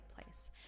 place